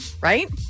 right